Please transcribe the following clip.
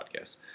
podcast